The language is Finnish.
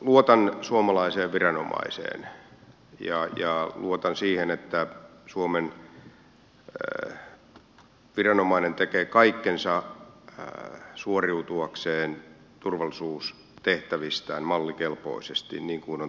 luotan suomalaiseen viranomaiseen ja luotan siihen että suomen viranomainen tekee kaikkensa suoriutuakseen turvallisuustehtävistään mallikelpoisesti niin kuin on tapahtunutkin